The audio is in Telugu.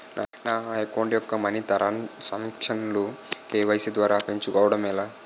నా అకౌంట్ యెక్క మనీ తరణ్ సాంక్షన్ లు కే.వై.సీ ద్వారా పెంచుకోవడం ఎలా?